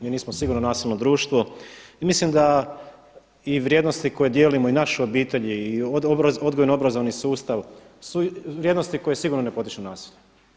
Mi nismo sigurno nasilno društvo i mislim da i vrijednosti koje dijelimo i našu obitelj i odgojno obrazovni sustav su vrijednosti koje sigurno ne potiču nasilje.